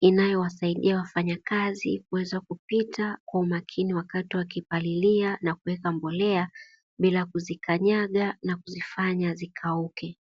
inayowasaidia wafanyakazi kuweza kupita kwa umakini wakati wa kupalilia na kuweka mbolea bila kuzikanyaga na kuzifanya zikauke.